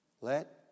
Let